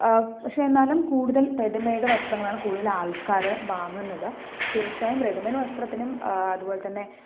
പക്ഷെ എന്നാലും കൂടുതലും റെഡിമെയ്ഡ് വസ്ത്രങ്ങളാണ് കൂടുതൽ ആൾക്കാർ വാങ്ങുന്നത് തീർച്ചയായും റെഡിമെയ്ഡ് വസ്ത്രത്തിനും അതുപോലെ തന്നെ